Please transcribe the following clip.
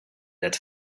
that